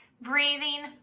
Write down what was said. breathing